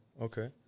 Okay